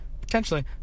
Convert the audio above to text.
potentially